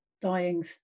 dying